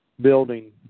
building